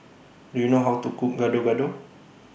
Do YOU know How to Cook Gado Gado